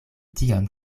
tion